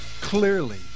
clearly